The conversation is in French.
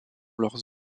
leurs